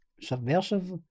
subversive